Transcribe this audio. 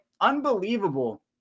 unbelievable